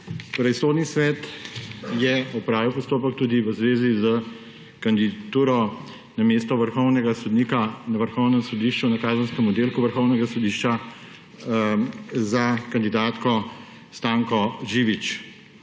Sodni svet je opravil postopek tudi v zvezi s kandidaturo na mesto vrhovnega sodnika na Vrhovnem sodišču na kazenskem oddelku Vrhovnega sodišča za kandidatko Stanko Živič.